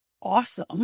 awesome